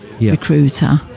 recruiter